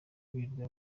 birirwa